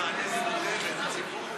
יעקב פרי